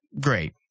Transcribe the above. great